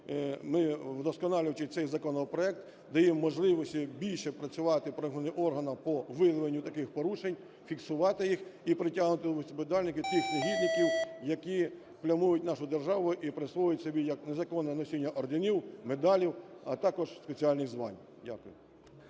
ми, вдосконалюючи цей законопроект, даємо можливості більше працювати правоохоронним органам по виявленню таких порушень, фіксувати їх і притягувати до відповідальності тих негідників, які плямують нашу державу і присвоюють собі як незаконне носіння орденів, медалі, а також спеціальних звань. Дякую.